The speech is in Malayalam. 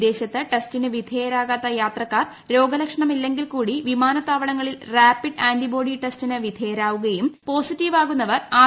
വിദേശത്ത് ടെസ്റ്റിന് വിധേയമാകാത്ത യാത്രക്കാർ രോഗലക്ഷണമില്ലെങ്കിൽ കൂടി വിമാനത്താവളത്തിൽ റാപ്പിഡ് ആന്റിബോഡി ടെസ്റ്റിൽ വിധേയരാകുകയും പോസിറ്റീവ് ആകുന്നവർ ആർ